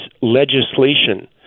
legislation